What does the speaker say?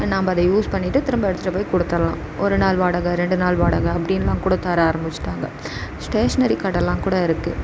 நம்ம அதை யூஸ் பண்ணிவிட்டு திரும்ப எடுத்துகிட்டு போய் கொடுத்துறலாம் ஒரு நாள் வாடகை ரெண்டு நாள் வாடகை அப்படின்லாம் கூட தர ஆரம்ச்சிட்டாங்க ஸ்டேஷ்னரி கடைல்லாம் கூட இருக்குது